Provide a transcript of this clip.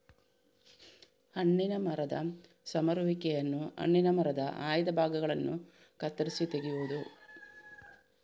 ಹಣ್ಣಿನ ಮರದ ಸಮರುವಿಕೆಯನ್ನು ಹಣ್ಣಿನ ಮರದ ಆಯ್ದ ಭಾಗಗಳನ್ನು ಕತ್ತರಿಸಿ ತೆಗೆಯುವುದು